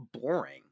boring